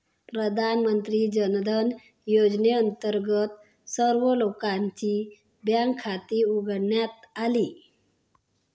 पंतप्रधान जनधन योजनेअंतर्गत सर्व लोकांची बँक खाती उघडण्यात आली